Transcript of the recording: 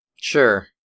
Sure